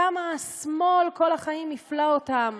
כמה השמאל כל החיים הפלה אותם.